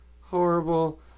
horrible